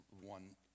one